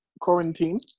quarantine